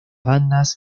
bandas